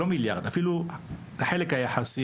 או אפילו רק את החלק היחסי,